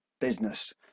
business